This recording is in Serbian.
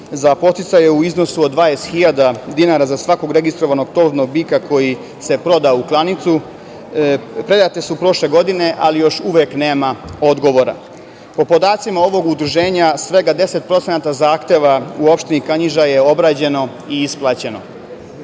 za podsticaje u iznosu od 20 hiljada dinara za svakog registrovanog tovnog bika koji se proda u klanicu, predate su prošle godine ali još uvek nema odgovora. Po podacima ovog udruženja, svega 10% zahteva u opštini Kanjiža je obrađeno i isplaćeno.